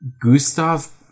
Gustav